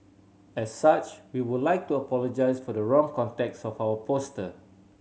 as such we would like to apologise for the wrong context of our poster